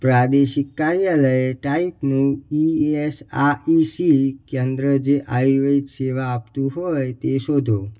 પ્રાદેશિક કાર્યાલય ટાઈપનું ઇ એસ આઇ સી કેન્દ્ર જે આયુર્વેદ સેવા આપતું હોય તે શોધો